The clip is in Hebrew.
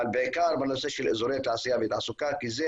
אבל בעיקר בנושא של אזורי תעשייה ותעסוקה כי זה